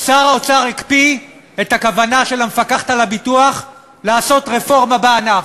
שר האוצר הקפיא את הכוונה של המפקחת על הביטוח לעשות רפורמה בענף,